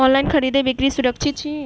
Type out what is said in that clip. online खरीदै बिक्री सुरक्षित छी